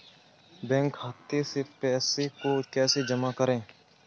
Bank खाते से पैसे को कैसे जमा करें?